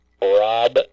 Rob